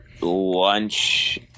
lunch